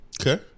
Okay